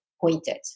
pointed